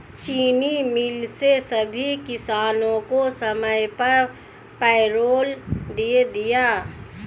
चीनी मिल ने सभी किसानों को समय पर पैरोल दे दिया